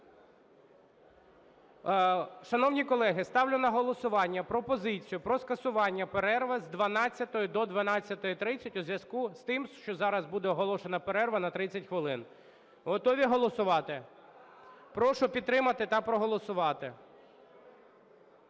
Шановні колеги, ставлю на голосування пропозицію про скасування перерви з 12-ї до 12:30 у зв'язку з тим, що зараз буде оголошена перерва на 30 хвилин. Готові голосувати? Прошу підтримати та проголосувати.